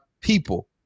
people